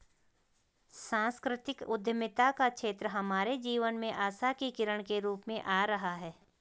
सांस्कृतिक उद्यमिता का क्षेत्र हमारे जीवन में आशा की किरण के रूप में आ रहा है